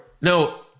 No